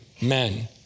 men